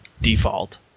default